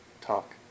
talk